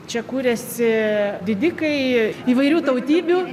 čia kuriasi didikai įvairių tautybių